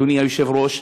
אדוני היושב-ראש,